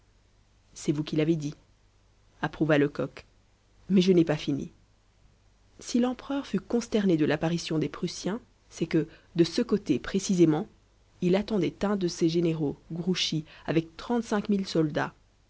c'est vous qui l'avez dit approuva lecoq mais je n'ai pas fini si l'empereur fut consterné de l'apparition des prussiens c'est que de ce côté précisément il attendait un de ses généraux grouchy avec soldats